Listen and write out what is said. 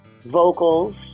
vocals